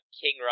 King